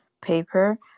paper